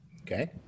Okay